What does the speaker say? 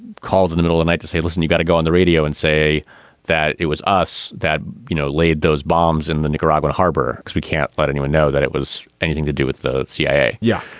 called in the middle of night to say, listen, you got to go on the radio and say that it was us that, you know, laid those bombs in the nicaraguan harbor. we can't let anyone know that it was anything to do with the cia. yeah,